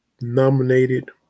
nominated